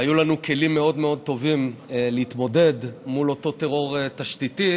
והיו לנו כלים מאוד מאוד טובים להתמודד מול אותו טרור תשתיתי,